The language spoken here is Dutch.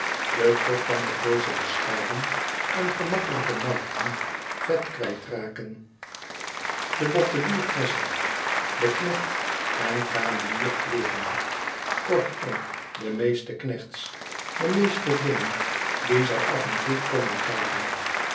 de kok kan op deze bescheiden en gemakkelijke markten vet kwijt raken de bottelier flesschen de knecht en kamenier kleeren kortom de meeste knechts de meeste dingen die zij af en toe konden kapen